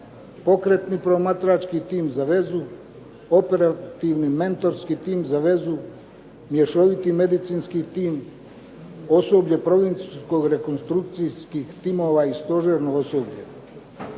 Pokretni promatrački tim za vezu, Operativni mentorski tim za vezu, Mješoviti medicinski tim, Osoblje provincijskog rekonstrukcijskih timova i Stožerno osoblje.